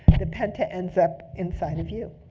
the penta ends up inside of you.